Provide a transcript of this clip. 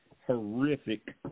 horrific